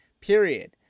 period